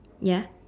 ya